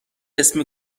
اسم